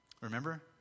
Remember